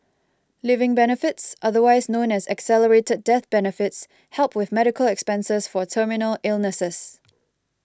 living benefits otherwise known as accelerated death benefits help with medical expenses for terminal illnesses